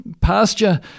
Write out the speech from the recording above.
pasture